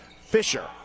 Fisher